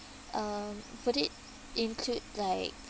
um would it include like